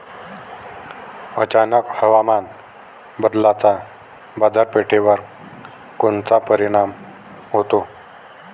अचानक हवामान बदलाचा बाजारपेठेवर कोनचा परिणाम होतो?